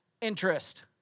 interest